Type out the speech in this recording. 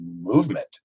movement